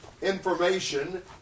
information